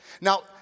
Now